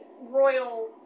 royal